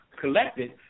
collected